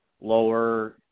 lower